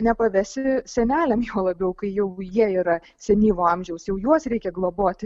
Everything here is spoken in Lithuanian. nepavesi seneliam juo labiau kai jau jie yra senyvo amžiaus jau juos reikia globoti